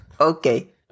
Okay